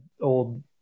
old